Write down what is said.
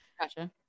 Gotcha